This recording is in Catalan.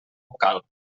vocal